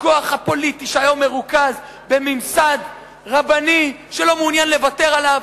לכוח הפוליטי שהיום מרוכז בממסד רבני שלא מעוניין לוותר עליו,